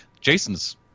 Jason's